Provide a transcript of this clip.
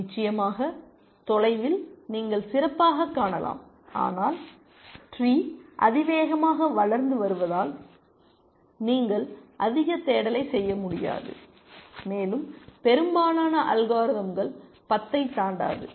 நிச்சயமாக தொலைவில் நீங்கள் சிறப்பாகக் காணலாம் ஆனால் ட்ரீ அதிவேகமாக வளர்ந்து வருவதால் நீங்கள் அதிக தேடலைச் செய்ய முடியாது மேலும் பெரும்பாலான அல்காரிதம்கள் 10 ஐத் தாண்டாது